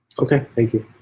ok, thank you.